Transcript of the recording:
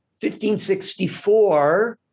1564